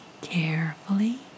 carefully